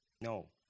No